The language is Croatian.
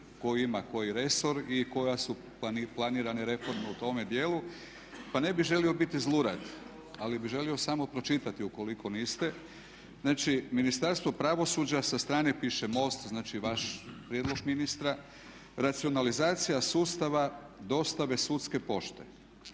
tko ima koji resor i koje su planirane reforme u tome dijelu. Pa ne bih želio biti zlurad, ali bih želio samo pročitati ukoliko niste. Znači, Ministarstvo pravosuđa sa strane piše MOST, znači vaš prijedlog ministra, racionalizacija sustava dostave sudske pošte